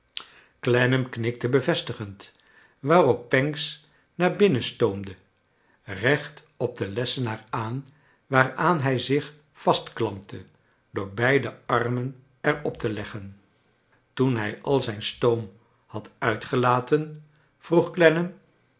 clennam knikte bevestigend waarop pancks naar binnen stoomde recht op den lessenaar aan waaraan hij zich vastklampte door beide armen er op te leggen toen hij al zijn stoom had uitgelaten vroeg